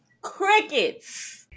Crickets